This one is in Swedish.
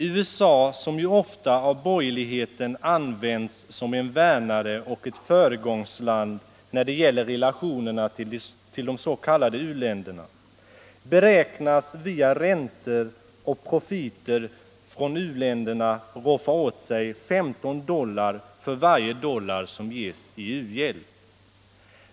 USA, som ju ofta av borgerligheten nämns som en värnare och ett föregångsland när det gäller relationerna till de s.k. u-länderna, beräknas via räntor och profiter från u-länderna roffa åt sig 15 dollar för varje dollar som ges i u-hjälp.